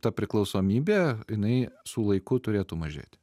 ta priklausomybė jinai su laiku turėtų mažėti